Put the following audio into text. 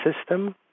system